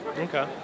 Okay